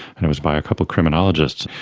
and it was by a couple of criminologists.